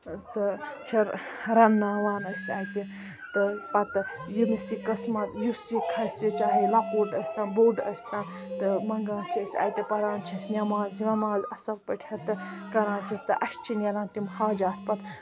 تہٕ چھِ رَنناوان أسۍ اَتہِ تہٕ پَتہٕ ییٚمِس یہِ قٕسمَت یُس یہِ کَھسہِ چاہے لۄکُٹ ٲسۍ تَن بوٚڈ ٲسۍ تَن تہٕ منگان چھِ أسۍ اَتہِ تہٕ پران چھِ أسۍ نماز وماز اصل پٲٹھۍ تہٕ کَران چھِ أسۍ تہٕ اَسہِ چھِ نیران تِم حاجَت پَتہٕ